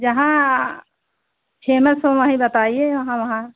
जहाँ फेमस हो वहीं बताइए वहाँ वहाँ